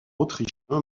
autrichien